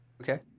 Okay